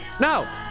No